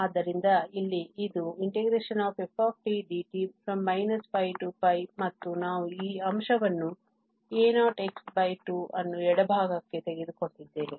ಆದ್ದರಿಂದ ಇಲ್ಲಿ ಇದು xftdt ಮತ್ತು ನಾವು ಈ ಅಂಶವನ್ನು a0x2 ಅನ್ನು ಎಡಭಾಗಕ್ಕೆ ತೆಗೆದುಕೊಂಡಿದ್ದೇವೆ